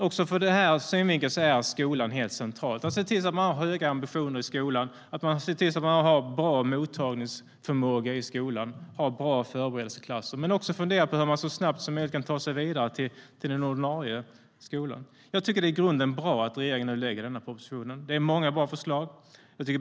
Också ur den synvinkeln är skolan helt central. Man bör se till att man har höga ambitioner, bra mottagningsförmåga och bra förberedelseklasser i skolan men också fundera på hur eleverna kan ta sig vidare till den ordinarie skolan så snabbt som möjligt. Jag tycker att det i grunden är bra att regeringen nu lägger fram denna proposition. Där finns många bra förslag.